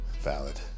Valid